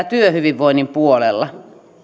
työhyvinvoinnin puolella